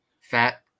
Fat